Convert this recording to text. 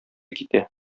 китә